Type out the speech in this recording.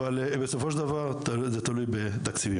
אבל בסופו של דבר זה תלוי בתקציבים.